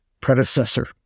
predecessor